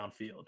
downfield